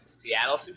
Seattle